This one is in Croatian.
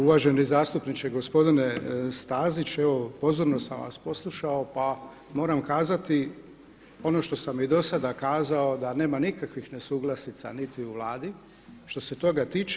Uvaženi zastupniče, gospodine Stazić, evo pozorno sam vas poslušao pa moram kazati ono što sam i do sada kazao da nema nikakvih nesuglasica niti u Vladi, što se toga tiče.